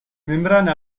membrane